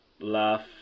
laugh